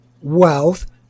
wealth